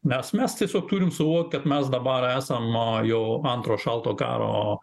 nes mes tiesiog turim suvokt at mes dabar esam a jau antro šalto garo